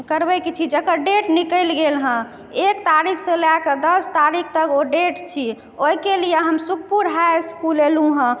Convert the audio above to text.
करबैके छी जकर डेट निकलि गेल हँ एक तारीखसँ लअ कऽ दस तारीख तक ओ डेट छी ओहिके लेल हम सुखपुर हाई इसकुल एलहुँ हँ